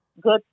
good